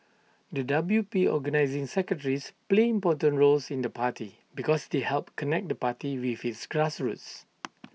the W P organising secretaries play important roles in the party because they help connect the party with its grassroots